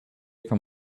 from